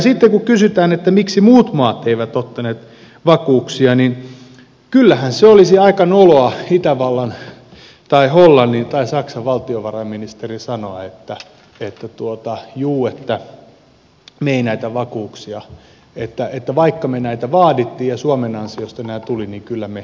sitten kun kysytään miksi muut maat eivät ottaneet vakuuksia niin kyllähän se olisi aika noloa itävallan tai hollannin tai saksan valtiovarainministerin sanoa että juu että me emme näitä vakuuksia että vaikka me näitä vaadimme ja suomen ansiosta nämä tulivat niin kyllä me nämäkin haluamme